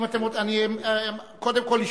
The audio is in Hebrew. קודם כול,